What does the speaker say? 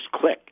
click